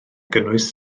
gynnwys